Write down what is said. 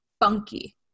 funky